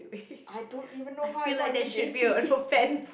I don't even know how I got into J_C